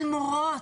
על מורות,